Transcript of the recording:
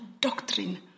doctrine